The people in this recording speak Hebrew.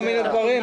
כל מיני דברים.